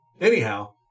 Anyhow